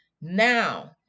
Now